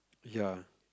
ya